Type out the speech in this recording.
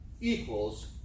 equals